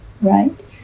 Right